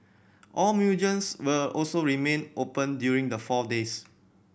all museums will also remain open during the four days